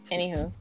Anywho